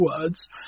words